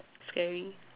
scary